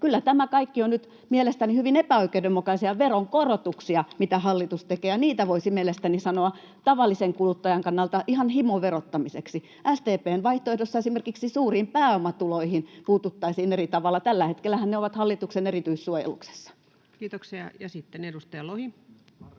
Kyllä nämä kaikki ovat nyt mielestäni hyvin epäoikeudenmukaisia veronkorotuksia, mitä hallitus tekee, ja niitä voisi mielestäni sanoa tavallisen kuluttajan kannalta ihan himoverottamiseksi. SDP:n vaihtoehdossa esimerkiksi suuriin pääomatuloihin puututtaisiin eri tavalla — tällä hetkellähän ne ovat hallituksen erityissuojeluksessa. Kiitoksia. — Ja sitten edustaja Lohi.